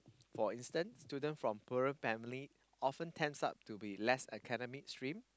for instance student from poorer family often tends up to be less academic stream